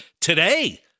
today